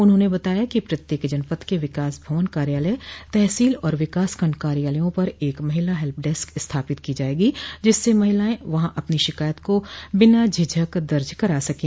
उन्होंने बताया कि प्रत्येक जनपद के विकास भवन कार्यालय तहसील और विकास खंड कार्यालयों पर एक महिला हेल्प डेस्क स्थापित की जायेगी जिससे महिलाएं वहां अपनी शिकायत को बिना झिझक दर्ज करा सकें